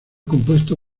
compuesto